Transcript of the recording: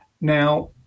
now